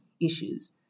issues